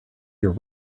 your